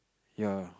ya